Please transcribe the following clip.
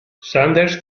sanders